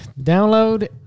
download